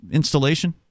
installation